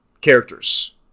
characters